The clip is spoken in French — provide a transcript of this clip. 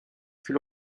fut